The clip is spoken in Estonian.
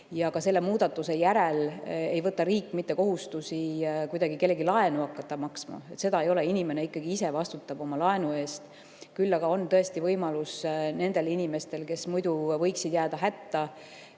Selle muudatuse järel ei võta riik endale kohustust hakata kuidagi kellegi laenu maksma. Seda ei ole. Inimene ikkagi ise vastutab oma laenu eest. Küll aga on tõesti võimalus nendel inimestel, kes muidu võiksid hätta